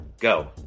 Go